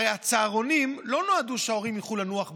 הרי הצהרונים לא נועדו לכך שההורים יוכלו לנוח בצהריים,